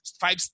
five